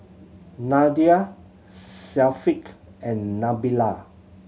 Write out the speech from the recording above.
Nadia Syafiq and Nabila